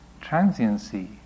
transiency